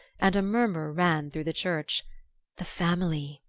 and a murmur ran through the church the family!